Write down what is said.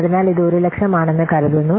അതിനാൽ ഇത് 100000 ആണെന്ന് കരുതുന്നു